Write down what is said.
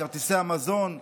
לכרטיסי המזון,